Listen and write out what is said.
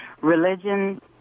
religion